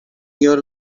your